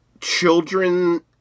children